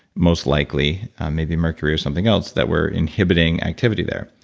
most likely maybe mercury or something else that were inhibiting activity there.